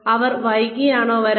അവർ വൈകിയാണോ വരാർ